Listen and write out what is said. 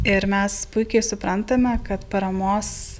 ir mes puikiai suprantame kad paramos